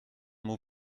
mot